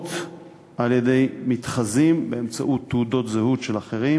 רבות על-ידי מתחזים באמצעות תעודות זהות של אחרים,